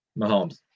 Mahomes